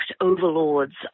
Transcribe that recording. overlords